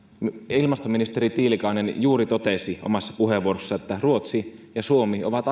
ilmastoministeri tiilikainen juuri totesi omassa puheenvuorossaan että ruotsi ja suomi ovat